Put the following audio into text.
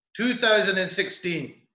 2016